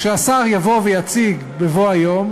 כשהשר יבוא ויציג בבוא היום,